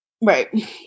Right